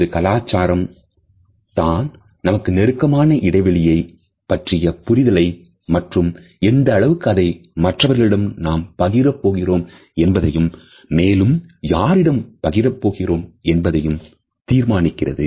நமது கலாச்சாரம் தான் நமக்கு நெருக்கமான இடைவெளியை பற்றிய புரிதலையும் மற்றும் எந்த அளவுக்கு அதை மற்றவர்களிடம் நாம் பகிர போகிறோம் என்பதையும் மேலும் யாரிடம் பகிரப் போகிறேன் என்பதை தீர்மானிக்கிறது